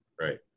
Right